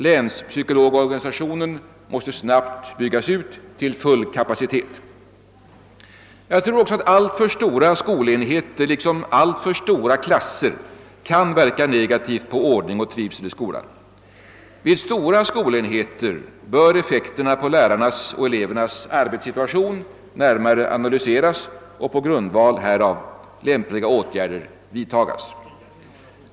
Länspsykologorganisationen måste snabbt byggas ut till full kapacitet. Jag tror också att alltför stora skolenheter liksom alltför stora klasser kan inverka negativt på ordning och trivsel i skolan. Effekterna på lärare och elever vid stora skolenheter bör närmare analyseras, och på grundval härav bör lämpliga åtgärder vidtagas.